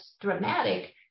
dramatic